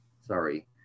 sorry